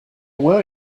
were